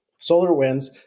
SolarWinds